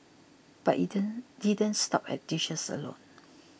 but it didn't stop at dishes alone